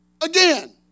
Again